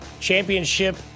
championship